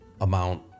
amount